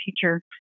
teacher